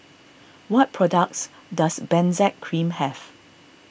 what products does Benzac Cream have